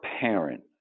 parent